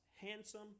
handsome